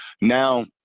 now